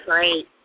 Great